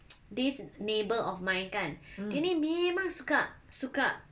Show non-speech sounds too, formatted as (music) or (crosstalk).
(noise) this neighbour of mine kan dia ni memang suka suka